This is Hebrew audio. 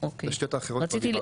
תשתיות אחרות לא דיברנו.